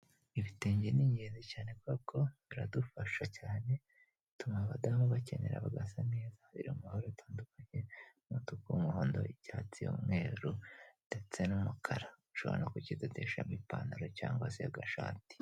Ibitenge ni ingenzi cyane kuko kuko biradufasha cyane bituma abadamu bakenyera bagasa neza, ibiri mu mabara atandukanye umutuku, umuhondo, icyatsi, umweru ndetse n'umukara, ushobora no kukidodeshamo ipantaro cyangwa se agashati.